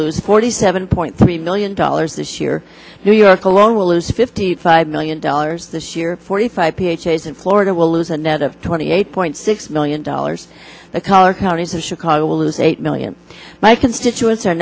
lose forty seven point three million dollars this year new york alone will lose fifty five million dollars this year forty five p h s in florida will lose a net of twenty eight point six million dollars the collar counties of chicago will lose eight million my constituents